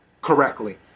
correctly